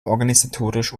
organisatorisch